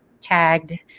tagged